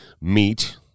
meat